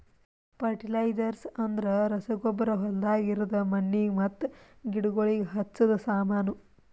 fertilisers ಅಂದ್ರ ರಸಗೊಬ್ಬರ ಹೊಲ್ದಾಗ ಇರದ್ ಮಣ್ಣಿಗ್ ಮತ್ತ ಗಿಡಗೋಳಿಗ್ ಹಚ್ಚದ ಸಾಮಾನು